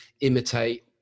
imitate